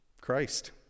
Christ